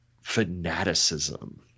fanaticism